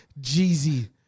Jeezy